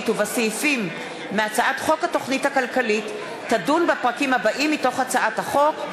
ובסעיפים מהצעת חוק התוכנית הכלכלית תדון בפרקים הבאים מתוך הצעת החוק: